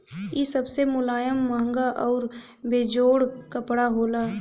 इ सबसे मुलायम, महंगा आउर बेजोड़ कपड़ा होला